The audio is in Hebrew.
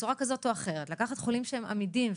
בצורה כזאת או אחרת לקחת חולים שהם עמידים,